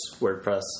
WordPress